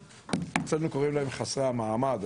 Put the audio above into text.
אצלנו קוראים להם חסרי המעמד,